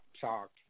talk